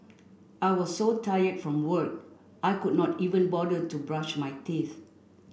I was so tired from work I could not even bother to brush my teeth